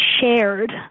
shared